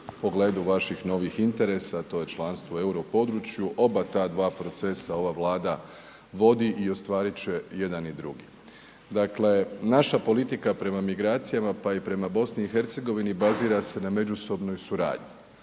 pogledu vaših novih interesa to je članstvo u euro području, oba ta dva procesa ova Vlada vodi i ostvarit će jedan i drugi. Dakle, naša politika prema migracijama pa i prema BiH bazira se na međusobnoj suradnji,